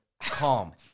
calm